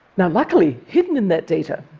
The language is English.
now, luckily, hidden in that data